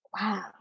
Wow